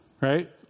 Right